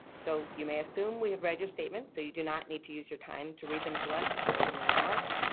so, you may assume we have read your statement, so you do not need to use your time to read to us, as your opening remarks,